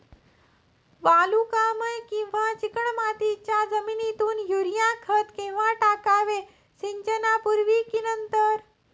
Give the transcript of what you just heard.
वालुकामय किंवा चिकणमातीच्या जमिनीत युरिया खत केव्हा टाकावे, सिंचनापूर्वी की नंतर?